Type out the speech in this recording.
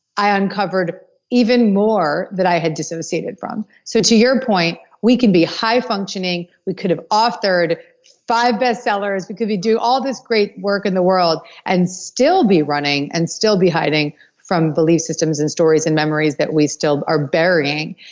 i uncovered even more that i had disassociated from. so to your point, we can be high-functioning, we could have authored five best-sellers, we could be doing all this great work in the world and still be running, and still be hiding from belief systems and stories and memories that we still are burying.